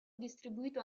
distribuito